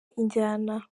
injyana